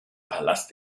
palast